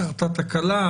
קרתה תקלה,